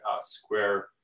square